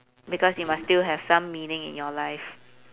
because you must still have some meaning in your life